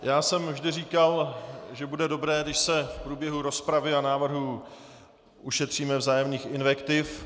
Já jsem vždy říkal, že bude dobré, když se v průběhu rozpravy a návrhů ušetříme vzájemných invektiv.